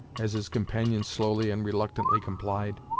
as his companion slowly and reluctantly complied.